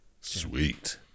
Sweet